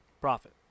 Profit